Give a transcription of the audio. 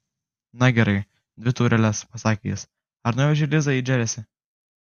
na gerai dvi taureles pasakė jis ar nuvežei lizą į džersį